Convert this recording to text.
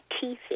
teeth